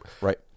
Right